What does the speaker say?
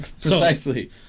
Precisely